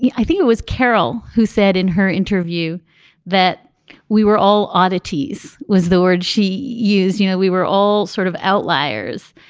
i think it was carol, who said in her interview that we were all oddities was the word she used. you know, we were all sort of outliers.